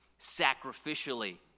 sacrificially